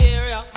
area